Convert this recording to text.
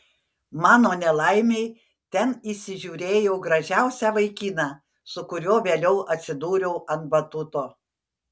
mano nelaimei ten įsižiūrėjau gražiausią vaikiną su kuriuo vėliau atsidūriau ant batuto